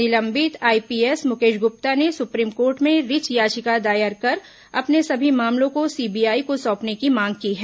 निलंबित आईपीएस मुकेश गुप्ता ने supreme court में रिच याचिका दायर कर अपने सभी मामलों को सीबीआई को सोंपने की मांग की है